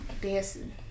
dancing